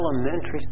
elementary